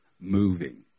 moving